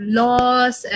laws